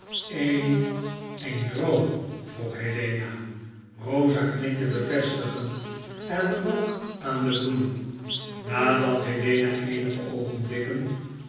dbood een droom vroeg helena rosa knikte bevestigend en rook aan de bloemen nadat helena eenige oogenblikken